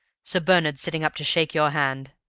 sir bernard's sitting up to shake your hand.